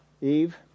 Eve